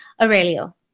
aurelio